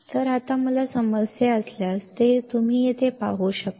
तर आता मला समस्या असल्यास जे तुम्ही येथे पाहू शकता